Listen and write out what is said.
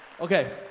okay